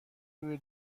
روی